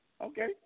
Okay